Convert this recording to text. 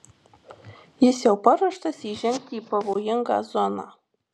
jis jau paruoštas įžengti į pavojingą zoną